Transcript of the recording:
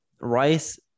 Rice